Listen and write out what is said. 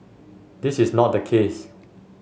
this is not the case